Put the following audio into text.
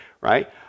right